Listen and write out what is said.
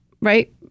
right